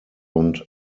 und